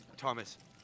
Thomas